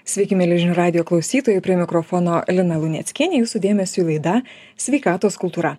sveiki mieli žinių radijo klausytojai prie mikrofono lina luneckienė jūsų dėmesiui laida sveikatos kultūra